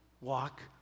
walk